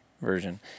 version